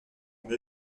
mon